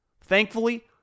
Thankfully